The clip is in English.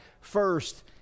first